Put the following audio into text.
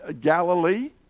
Galilee